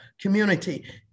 community